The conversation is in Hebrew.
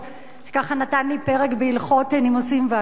שככה, נתן לי פרק בהלכות נימוסים והליכות.